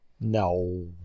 No